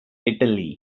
italy